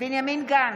בנימין גנץ,